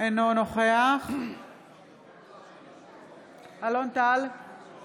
אינו נוכח אלון טל, נגד